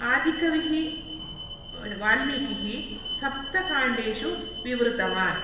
आदिकविः वाल्मीकिः सप्तकाण्डेषु विवृतवान्